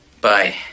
Bye